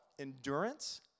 endurance